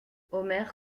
omer